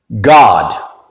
God